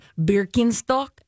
Birkenstock